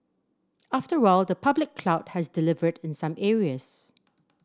after all the public cloud has delivered in some areas